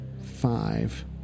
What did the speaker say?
five